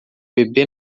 bebê